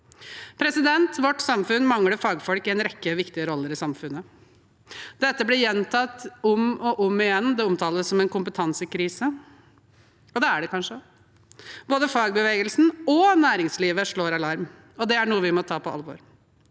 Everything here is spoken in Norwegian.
viktig. Vårt samfunn mangler fagfolk i en rekke viktige roller i samfunnet. Dette blir gjentatt om og om igjen. Det omtales som en kompetansekrise, og det er det kanskje. Både fagbevegelsen og næringslivet slår alarm, og det er noe vi må ta på alvor.